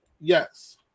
Yes